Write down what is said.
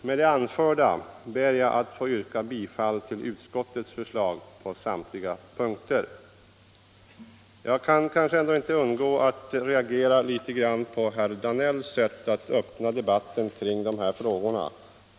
Med det anförda ber jag att få yrka bifall till utskottets förslag på samtliga punkter. Jag kan till slut inte underlåta att reagera inför herr Danells sätt att öppna debatten i dessa frågor.